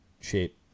shape